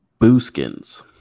Booskins